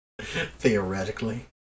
Theoretically